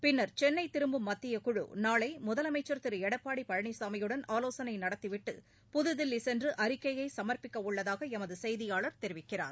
பின்னர் சென்னைதிரும்பும் மத்தியக் குழு நாளைமுதலமைச்சர் திருஎடப்பாடிபழனிசாமியுடன் ஆலோசனைநடத்திவிட்டு புதுதில்லிசென்றுஅறிக்கையைசமர்ப்பிக்கவுள்ளதாகளமதுசெய்தியாளர் தெரிவிக்கிறார்